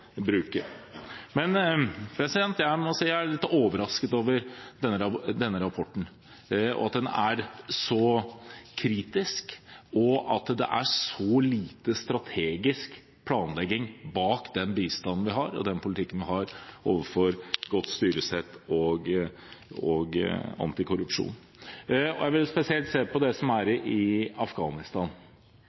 Jeg må si jeg er litt overrasket over denne rapporten, at den er så kritisk, og at det ligger så lite strategisk planlegging bak den bistanden vi har og den politikken vi fører når det gjelder godt styresett og antikorrupsjon. Jeg vil spesielt se på det som er i Afghanistan.